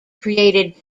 created